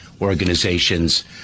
organizations